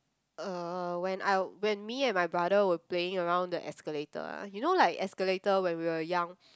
uh when I when me and my brother were playing around the escalator ah you know like escalator when we were young